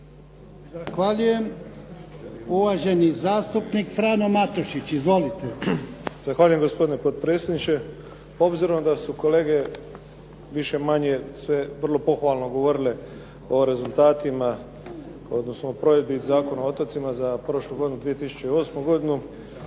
Zahvaljujem. Uvaženi zastupnik Frano Matušić. Izvolite. **Matušić, Frano (HDZ)** Zahvaljujem gospodine potpredsjedniče. Obzirom da su kolege više-manje sve vrlo pohvalno govorile o rezultatima, odnosno o provedbi Zakona o otocima za prošlu godinu, 2008. godinu